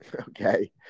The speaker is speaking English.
Okay